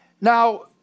Now